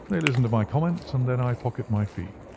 they listen to my comments, and then i pocket my fee.